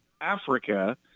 africa